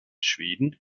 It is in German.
schweden